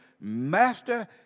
Master